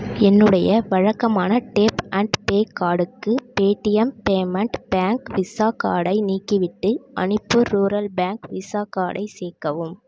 என்னுடைய வழக்கமான tap and pay கார்டுக்கு பேடிஎம் பேமெண்ட் பேங்க் விஸா கார்டை நீக்கிவிட்டு அணிப்பூர் ரூரல் பேங்க் விஸா கார்டை சேர்க்கவும்